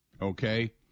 okay